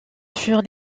furent